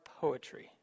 poetry